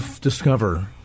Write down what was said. discover